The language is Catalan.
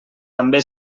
també